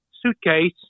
suitcase